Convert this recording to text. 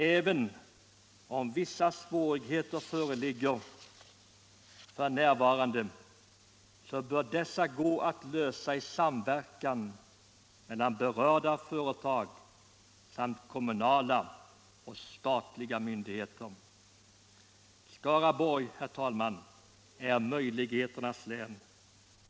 Även om vissa svårigheter föreligger f. n., så bör dessa gå att bemästra i samverkan mellan berörda företag samt kommunala och statliga myndigheter. Skaraborg är möjligheternas län, herr talman.